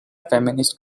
feminist